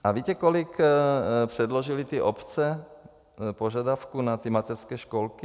A víte, kolik předložily ty obce požadavků na ty mateřské školky?